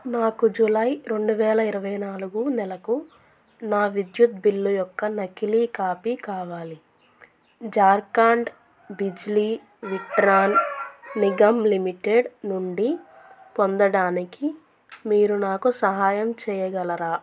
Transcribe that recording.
నాకు జూలై రెండు వేల ఇరవై నాలుగు నెలకు నా విద్యుత్ బిల్లు యొక్క నకిలీ కాపీ కావాలి జార్ఖండ్ బిజ్లీ విట్రాన్ నిగమ్ లిమిటెడ్ నుండి పొందడానికి మీరు నాకు సహాయం చేయగలరా